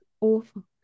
awful